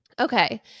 Okay